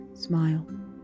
Smile